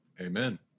Amen